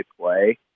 play